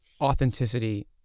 authenticity